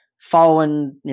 following